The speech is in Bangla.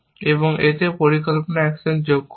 এবং এতে পরিকল্পনা অ্যাকশন যোগ করুন